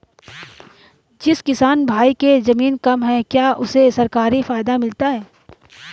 जिस किसान भाई के ज़मीन कम है क्या उसे सरकारी फायदा मिलता है?